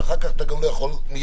שאחר כך אתה גם יכול מייד,